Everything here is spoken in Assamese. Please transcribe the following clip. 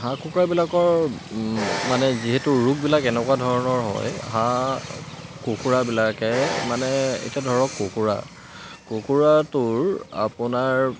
হাঁহ কুকুৰাবিলাকৰ মানে যিহেতু ৰোগবিলাক এনেকুৱা ধৰণৰ হয় হাঁহ কুকুৰাবিলাকে মানে এতিয়া ধৰক কুকুৰা কুকুৰাটোৰ আপোনাৰ